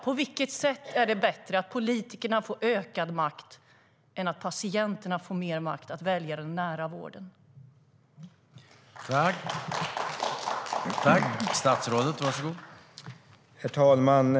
På vilket sätt är det bättre att politikerna får ökad makt än att patienterna får mer makt att välja den nära vården?